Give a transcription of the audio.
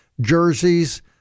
jerseys